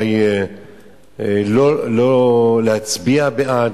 לא להצביע בעד.